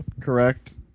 correct